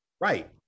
Right